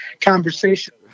conversation